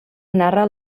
narra